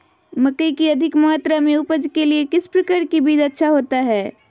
मकई की अधिक मात्रा में उपज के लिए किस प्रकार की बीज अच्छा होता है?